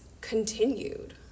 continued